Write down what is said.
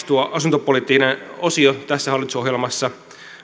tuo asuntopoliittinen osio on aika reipas tässä hallitusohjelmassa